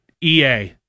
EA